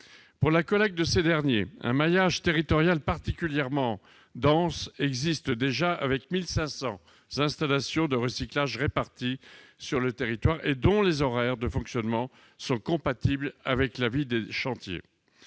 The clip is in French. pour la collecte de ces derniers, d'un maillage territorial particulièrement dense, avec 1 500 installations de recyclage réparties sur le territoire et dont les horaires de fonctionnement sont compatibles avec la vie des chantiers.